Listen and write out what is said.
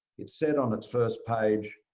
it said on its first page,